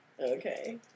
Okay